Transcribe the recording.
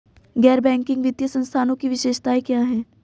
गैर बैंकिंग वित्तीय संस्थानों की विशेषताएं क्या हैं?